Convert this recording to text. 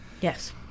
Yes